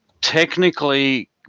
technically